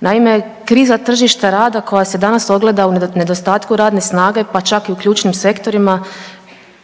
Naime, kriza tržišta rada koja se danas ogleda u nedostatku radne snage, pa čak i u ključnim sektorima